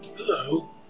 Hello